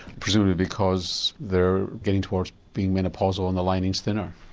presumably because they're getting towards being menopausal and the lining is thinner?